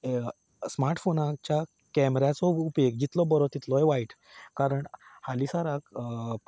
हे स्मार्ट फोनाच्या कॅमेराचो उपेग जितलो बरो तितलोच वायट कारण हालीसराक